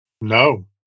No